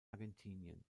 argentinien